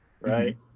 right